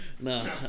no